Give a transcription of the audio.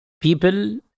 People